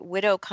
Widow